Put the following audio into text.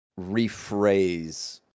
rephrase